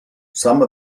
some